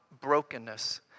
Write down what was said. brokenness